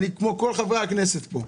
אני כמו כל חברי הכנסת פה.